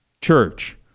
church